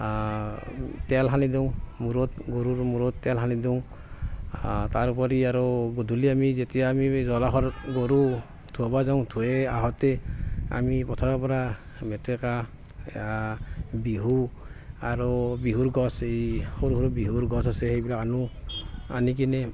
তেল সানি দিওঁ মূৰত গৰুৰ মূৰত তেল সানি দিওঁ তাৰ উপৰি আৰু গধূলি আমি যেতিয়া আমি জলাহৰ গৰু ধুব যাওঁ ধুই আহোঁতে আমি পথাৰৰ পৰা মেটেকা বিহু আৰু বিহুৰ গছ এই সৰু সৰু বিহুৰ গছ আছে সেইবিলাক আনো আনি কিনে